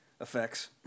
effects